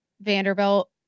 Vanderbilt